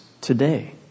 today